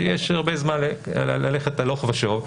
שיש הרבה זמן ללכת הלוך ושוב,